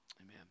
Amen